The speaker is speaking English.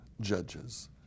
Judges